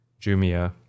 Jumia